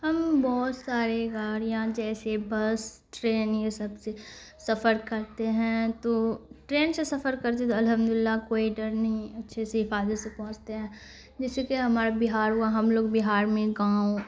ہم بہت سارے گاڑیاں جیسے بس ٹرین یہ سب سے سفر کرتے ہیں تو ٹرین سے سفر کرتے تو الحمدللہ کوئی ڈر نہیں اچھے سے حفاظت سے پہنچتے ہیں جیسے کہ ہمارا بہار ہوا ہم لوگ بہار میں گاؤں